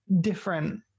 different